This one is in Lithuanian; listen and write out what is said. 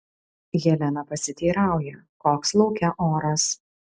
helena pasiteirauja koks lauke oras